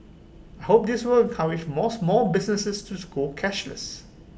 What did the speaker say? I hope this will encourage morse more businesses to school cashless